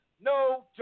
no